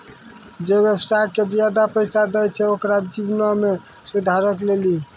जे व्यवसाय के ज्यादा पैसा दै छै ओकरो जीवनो मे सुधारो के लेली